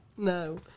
No